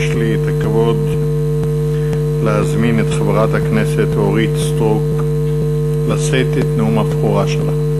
יש לי הכבוד להזמין את חברת הכנסת אורית סטרוק לשאת את נאום הבכורה שלה.